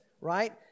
right